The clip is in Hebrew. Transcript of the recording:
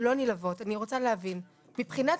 פחות נלהבות לבוא ולממש אותו בצורה הכי-הכי ברורה.